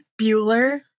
bueller